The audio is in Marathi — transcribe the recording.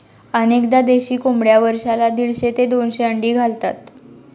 अनेकदा देशी कोंबड्या वर्षाला दीडशे ते दोनशे अंडी घालतात